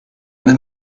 eine